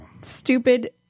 stupid